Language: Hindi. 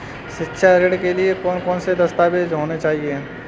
शिक्षा ऋण के लिए कौन कौन से दस्तावेज होने चाहिए?